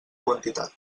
quantitat